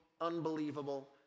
unbelievable